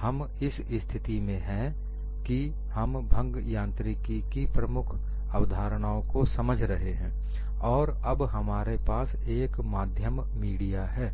हम इस स्थिति में है हम भंग यांत्रिकी की प्रमुख अवधारणाओं को समझ रहे हैं और अब हमारे पास एक माध्यम मीडिया है